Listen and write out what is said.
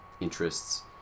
interests